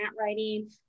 writing